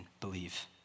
believe